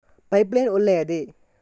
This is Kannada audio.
ಪೈಪ್ ಲೈನ್ ಒಳ್ಳೆಯದೇ?